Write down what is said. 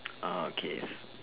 uh okay